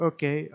Okay